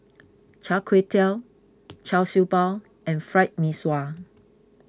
Char Kway Teow Char Siew Bao and Fried Mee Sua